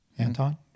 Anton